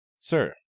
Sir